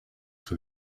for